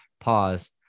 pause